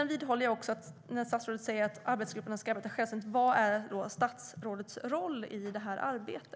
När statsrådet säger att arbetsgrupperna ska arbeta självständigt undrar jag: Vad är då statsrådets roll i detta arbete?